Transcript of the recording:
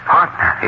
Partner